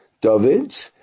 David